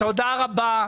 תודה רבה.